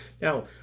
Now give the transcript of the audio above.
Now